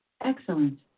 Excellent